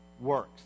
works